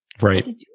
Right